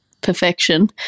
perfection